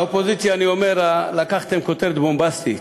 לאופוזיציה אני אומר, לקחתם כותרת בומבסטית.